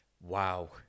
Wow